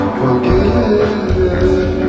forgive